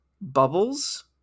bubbles